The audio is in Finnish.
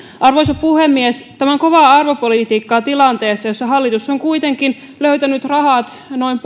arvoisa puhemies tämä on kovaa arvopolitiikkaa tilanteessa jossa hallitus on kuitenkin löytänyt rahat noin